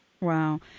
Wow